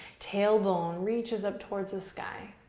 tailbone reaches up towards the sky.